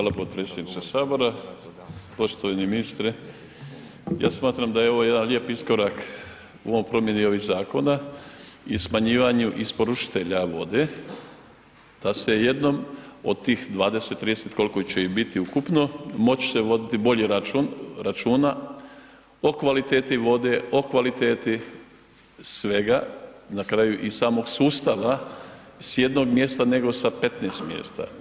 Hvala potpredsjedniče sabora, poštovani ministre ja smatram da je ovo jedan lijep iskorak u promjeni ovih zakona i smanjivanju isporučitelja vode, da se jednom od tih 20, 30 koliko će ih biti ukupno moći će se voditi bolje račun, računa o kvaliteti vode, o kvaliteti svega na kraju i samog sustava s jednog mjesta nego sa 15 mjesta.